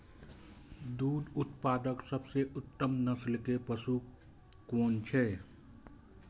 दुग्ध उत्पादक सबसे उत्तम नस्ल के पशु कुन छै?